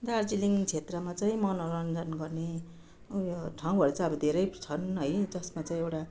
दार्जिलिङ क्षेत्रमा चाहिँ मनोरञ्जन गर्ने उयो ठाउँहरू चाहिँ अब धेरै छन् है जसमा चाहिँ एउटा